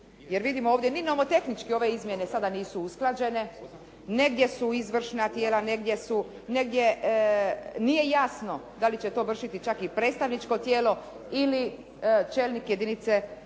Jer vidimo ovdje, ni nomotehnički ove izmjene sada nisu usklađene, negdje su izvršna tijela, negdje su, negdje nije jasno da li će to vršiti čak i predstavničko tijelo ili čelnik jedinice